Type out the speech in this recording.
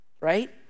right